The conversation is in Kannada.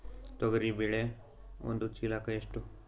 ತೊಗರಿ ಬೇಳೆ ಒಂದು ಚೀಲಕ ಎಷ್ಟು?